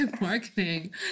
Marketing